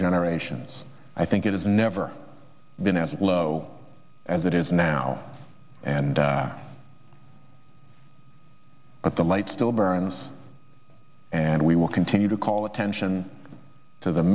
generations i think it's never been as low as it is now and at the light still burns and we will continue to call attention to the